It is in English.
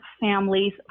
families